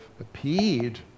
appeared